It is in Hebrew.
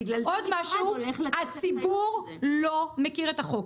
בגלל זה --- הציבור לא מכיר את החוק.